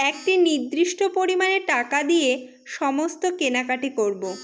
একটি নির্দিষ্ট পরিমানে টাকা দিয়ে সমস্ত কেনাকাটি করবো